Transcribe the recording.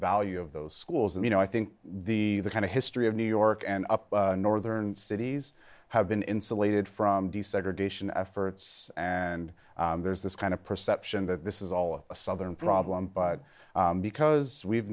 value of those schools and you know i think the kind of history of new york and up northern cities have been insulated from desegregation efforts and there's this kind of perception that this is all a southern problem but because we've